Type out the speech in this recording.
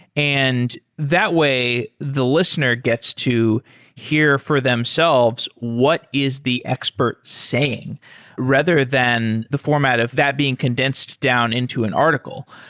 and that way the listener gets to hear for themselves what is the expert saying rather than the format of that being condensed down into an article.